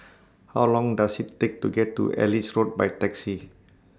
How Long Does IT Take to get to Ellis Road By Taxi